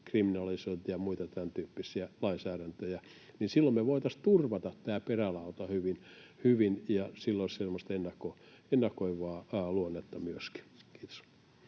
kriminalisointia ja muita tämäntyyppisiä lainsäädäntöjä. Silloin me voitaisiin turvata tämä perälauta hyvin, ja sillä olisi semmoista ennakoivaa luonnetta myöskin. — Kiitos.